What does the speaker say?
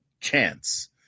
chance